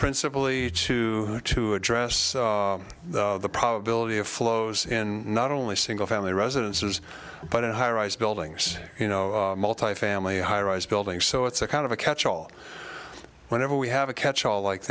principle each to do to address the probability of flows in not only single family residences but in a high rise buildings you know multifamily high rise building so it's a kind of a catch all whenever we have a catchall like